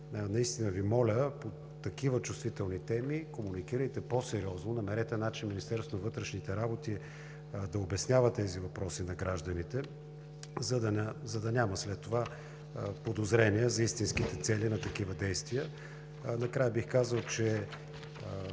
Наистина Ви моля, по такива чувствителни теми комуникирайте по-сериозно. Намерете начин Министерството на вътрешните работи да обяснява тези въпроси на гражданите, за да няма след това подозрения за истинските цели на такива действия. Накрая бих казал, че